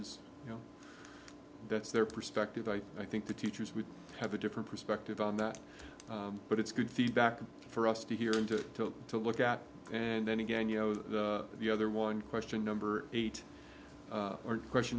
is you know that's their perspective i think the teachers would have a different perspective on that but it's good feedback for us to hear and to to to look at and then again you know that the other one question number eight a